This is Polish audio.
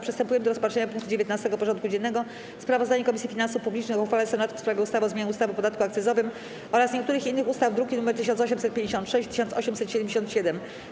Przystępujemy do rozpatrzenia punktu 19. porządku dziennego: Sprawozdanie Komisji Finansów Publicznych o uchwale Senatu w sprawie ustawy o zmianie ustawy o podatku akcyzowym oraz niektórych innych ustaw (druki nr 1856 i 1877)